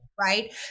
Right